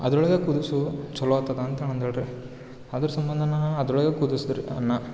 ಅದ್ರೊಳಗೆ ಕುದಿಸು ಚಲೋ ಆಗ್ತದ ಅಂತೇಳಿ ಅಂದಳು ರೀ ಅದ್ರ ಸಂಬಂಧ ನಾ ಅದರೊಳಗೆ ಕುದ್ಸಿದ್ ರೀ ಅನ್ನ